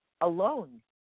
alone